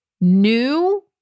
new